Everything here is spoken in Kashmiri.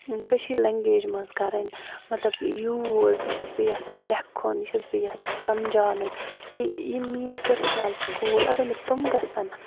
کٲشِر لیگویج منٛز کَرٕنۍ مطلب یوٗز یہِ چھَس بہٕ یَژھان لٮ۪کھُن یہِ چھَس بہٕ یَژھان سَمجھاونٕچ کہِ یِم میٲنۍ پٔرسٕنَل چھِ گول اَگر مےٚ تِم گژھن